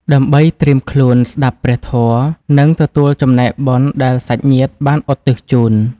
ដើម្បីត្រៀមខ្លួនស្ដាប់ព្រះធម៌ និងទទួលចំណែកបុណ្យដែលសាច់ញាតិបានឧទ្ទិសជូន។